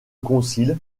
concile